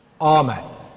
Amen